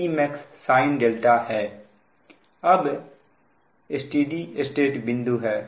यह अब steady state operating बिंदु है